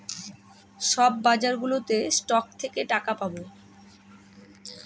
সব বাজারগুলোতে স্টক থেকে টাকা পাবো